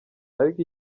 ariko